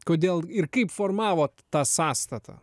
kodėl ir kaip formavot tą sąstatą